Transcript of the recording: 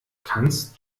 kannst